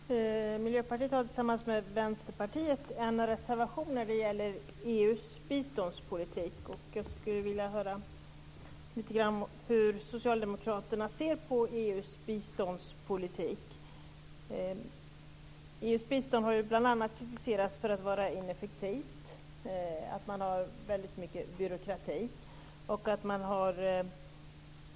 Herr talman! Miljöpartiet har tillsammans med Vänsterpartiet en reservation när det gäller EU:s biståndspolitik. Jag skulle vilja höra lite grann om hur Socialdemokraterna ser på EU:s biståndspolitik. EU:s bistånd har bl.a. kritiserats för att vara ineffektivt och för att ha mycket byråkrati.